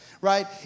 right